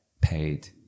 paid